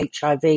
HIV